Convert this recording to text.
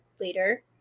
later